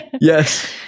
Yes